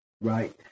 Right